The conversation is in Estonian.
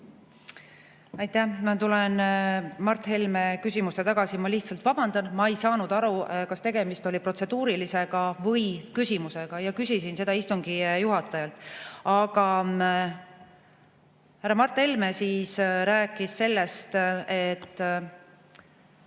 Aitäh! Ma tulen Mart Helme küsimuse juurde tagasi. Ma lihtsalt vabandan, ma ei saanud aru, kas tegemist oli protseduurilisega või muu küsimusega, ja küsisin seda istungi juhatajalt. Härra Mart Helme rääkis sellest, et